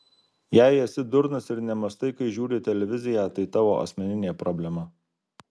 jei esi durnas ir nemąstai kai žiūri televiziją tai tavo asmeninė problema